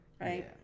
right